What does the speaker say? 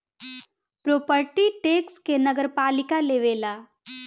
property tax के नगरपालिका लेवेला